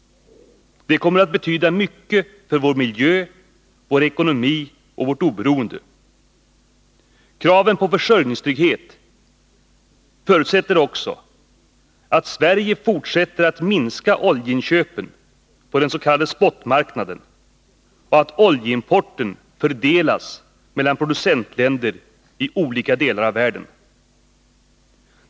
Det kommer att betyda mycket för vår miljö, vår ekonomi och vårt oberoende. Kraven på försörjningstrygghet förutsätter också att Sverige fortsätter att minska oljeinköpen på den s.k. spotmarknaden och att oljeimporten fördelas mellan producentländer i olika delar av världen.